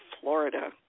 Florida